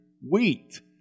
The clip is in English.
wheat